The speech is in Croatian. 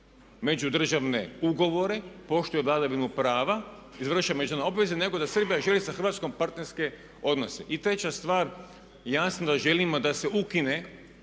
međudržavne ugovore, poštuje vladavinu prava, izvršava međunarodne obveze nego da Srbija želi sa Hrvatskom partnerske odnose. I treća stvar, jasno da želimo da se ukine